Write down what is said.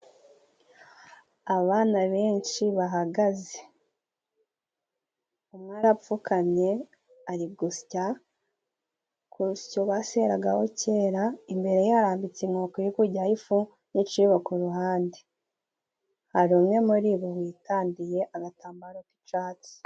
Abana benshi bahagaze umwe arapfukamye ari gusya kurusyo baseragaraho cyera imbere yabo hari ikintu kiri kujyaho ifu nicyibo kuruhande hari umwe muri bo witandiye agatambaro k'icyatsi.